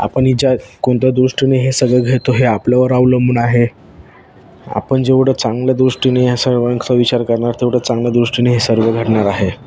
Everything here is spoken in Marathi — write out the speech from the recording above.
आपणही ज्या कोणत्या दृष्टीने हे सगळं घेतो हे आपल्यावर अवलंबून आहे आपण जेवढं चांगल्या दृष्टीने या सर्वांचा विचार करणार तेवढं चांगल्या दृष्टीने हे सर्व घडणार आहे